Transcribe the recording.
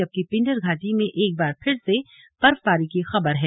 जबकि पिंडर घाटी में एक बार फिर से बर्फबारी की खबर है